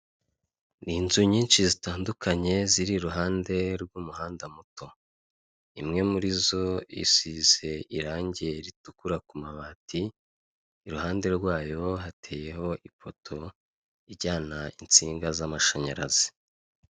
Ni inzu nyinshi zitandukanye, ziri iruhande rw'umuhanda muto. Imwe muri zo isize irangi ritukura ku mabati, iruhande rwayo hateyeho ipoto ijyana insinga z'amashanyarazi.